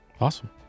Awesome